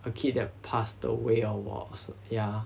a kid that passed away or was ya